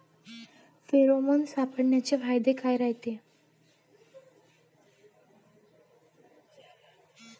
Pheromone सापळ्याचे फायदे काय रायते?